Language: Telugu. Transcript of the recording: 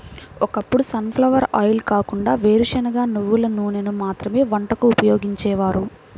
ఒకప్పుడు సన్ ఫ్లవర్ ఆయిల్ కాకుండా వేరుశనగ, నువ్వుల నూనెను మాత్రమే వంటకు ఉపయోగించేవారు